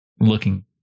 looking